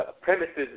premises